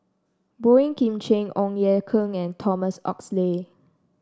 Boey Kim Cheng Ong Ye Kung and Thomas Oxley